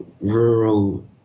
rural